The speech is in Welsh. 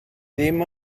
ddim